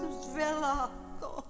svelato